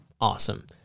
Awesome